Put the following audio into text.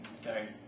Okay